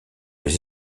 les